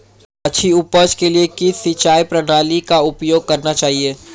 अच्छी उपज के लिए किस सिंचाई प्रणाली का उपयोग करना चाहिए?